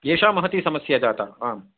एषा महती समस्या जाता आम्